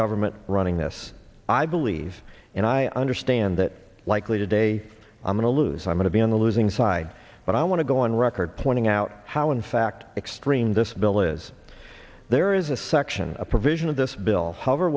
government running this i believe and i understand that likely today i'm going to lose i'm going to be on the losing side but i want to go on record pointing out how in fact extreme this bill is there is a section a provision of this bill however